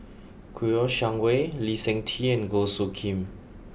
Kouo Shang Wei Lee Seng Tee and Goh Soo Khim